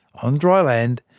on dry land,